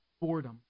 boredom